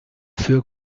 für